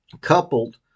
coupled